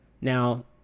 Now